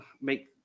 make